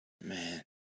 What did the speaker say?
Man